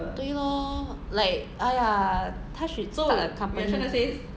对 lor like !aiya! 她 should start a company